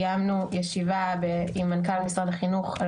קיימנו ישיבה עם מנכ"ל משרד החינוך על